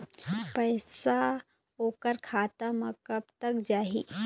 पैसा ओकर खाता म कब तक जाही?